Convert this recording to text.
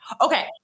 Okay